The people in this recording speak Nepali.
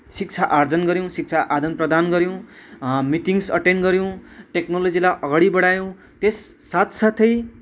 शिक्षा आर्जन गऱ्यौँ शिक्षा आदान प्रदान गऱ्यौँ मिटिङ्स अटेन गऱ्यौँ टेक्नोलोजीलाई अगाडि बढायौँ त्यस साथसाथै